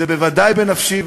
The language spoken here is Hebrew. זה בוודאי בנפשי.